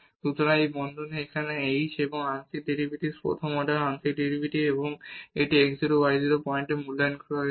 সুতরাং এই বন্ধনী এখানে h এবং আংশিক ডেরিভেটিভস প্রথম অর্ডার আংশিক ডেরিভেটিভস এবং এটি x 0 y 0 পয়েন্টে মূল্যায়ন করা হয়েছে